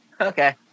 okay